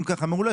אם כך, מעולה.